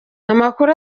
amakuru